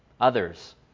others